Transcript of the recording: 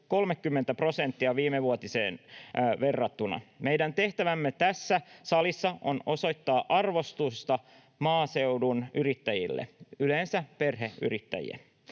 30 prosenttia viimevuotiseen verrattuna. Meidän tehtävämme tässä salissa on osoittaa arvostusta maaseudun yrittäjille, jotka ovat yleensä perheyrittäjiä.